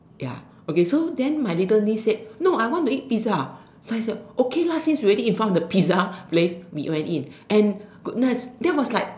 ya okay so then my little niece said no I want to eat pizza so I said okay lah since we already in front of the pizza place we went in and goodness that was like